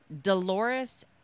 Dolores